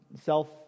self